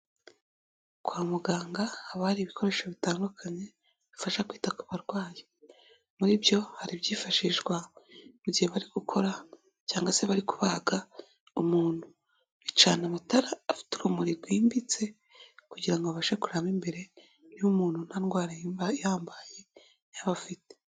Kwa muganga habari ibikoresho bitandukanye bifasha kwita ku barwayi muri byo hari byifashishwa mu gihe bari gukora cyangwa se bari kubaga umuntu bicana amatara afite urumuri rwimbitse kugira abashe kurerama imbere y'umuntu nta ndwara iba ihambaye yaba afite.